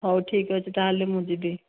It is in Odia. ହେଉ ଠିକ୍ ଅଛି ତା'ହେଲେ ମୁଁ ଯିବି